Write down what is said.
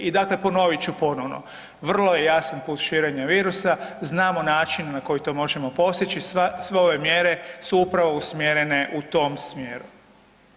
I dakle ponovit ću ponovno, vrlo je jasan put širenja virusa, znamo način na koji to možemo postići, sve ove mjere su upravo usmjerene u tom smjeru.